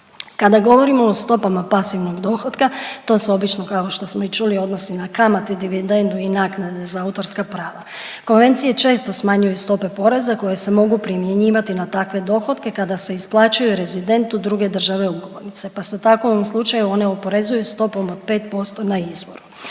Kada govorimo o stopama pasivnog dohotka to su obično kao što smo i čuli odnosi na kamate, dividendu i naknadu za autorska prava, konvencije često smanjuju stope poreza koje se mogu primjenjivati na takve dohotke kada se isplaćuje rezident u druge države ugovornice, pa se tako u ovom slučaju one oporezuju stopom od 5% na izvoru.